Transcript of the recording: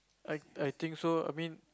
I I think so I mean